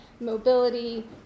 mobility